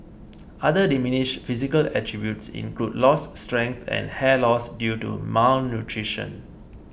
other diminished physical attributes include lost strength and hair loss due to malnutrition